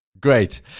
Great